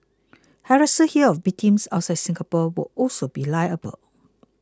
harassers here of victims outside Singapore will also be liable